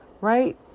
right